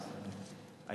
סליחה, סליחה, סליחה רגע.